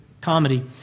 comedy